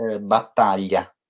Battaglia